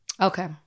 Okay